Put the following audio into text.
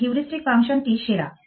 এই হিউরিস্টিক ফাংশনটি সেরা